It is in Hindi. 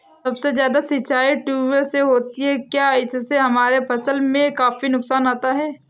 सबसे ज्यादा सिंचाई ट्यूबवेल से होती है क्या इससे हमारे फसल में काफी नुकसान आता है?